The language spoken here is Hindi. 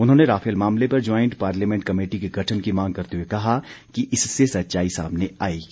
उन्होंने राफेल मामले पर ज्वांईट पार्लियामेंट कमेटी के गठन की मांग करते हुए कहा कि इससे सच्चाई सामने आएगी